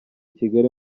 kigali